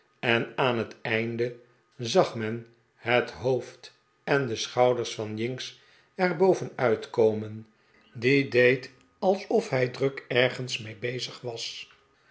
en aan het einde zag men het hoofd en de schouders van jinks er boven uitkomen die deed alsof hij druk ergens mee bezig was